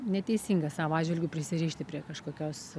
neteisinga savo atžvilgiu prisirišti prie kažkokios